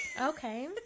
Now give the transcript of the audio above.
Okay